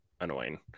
annoying